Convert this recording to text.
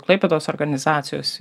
klaipėdos organizacijos